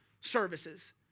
services